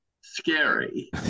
scary